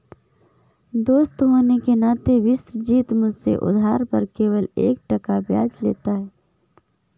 दोस्त होने के नाते विश्वजीत मुझसे उधार पर केवल एक टका ब्याज लेता है